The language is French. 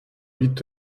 huit